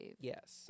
yes